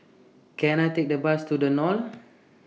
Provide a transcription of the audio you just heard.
Can I Take A Bus to The Knolls